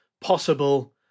possible